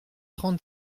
trente